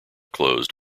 closed